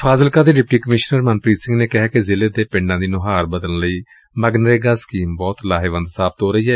ਫਾਜ਼ਿਲਕਾ ਦੇ deputy commissioner Manpreet Singh ਨੇ ਕਿਹੈ ਕਿ ਜ਼ਿਲੇ ਦੇ ਪਿੰਡਾਂ ਦੀ ਨੁਹਾਰ ਨੂੰ ਬਦਲਣ ਵਿੱਚ ਮਗਨਰੇਗਾ ਸਕੀਮ ਬਹੁਤ ਹੀ ਲਾਹੇਵੰਦ ਸਾਬਿਤ ਹੋ ਰਹੀ ਏ